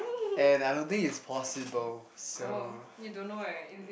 and I don't think is possible so